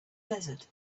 desert